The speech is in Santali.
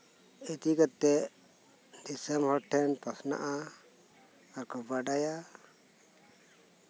ᱤᱫᱤ ᱠᱟᱛᱮᱜ ᱫᱤᱥᱚᱢ ᱦᱚᱲ ᱴᱷᱮᱱ ᱯᱟᱥᱱᱟᱜᱼᱟ ᱟᱨ ᱠᱚ ᱵᱟᱰᱟᱭᱟ